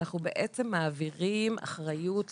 אנחנו בעצם מעבירים אחריות לנער.